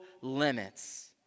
limits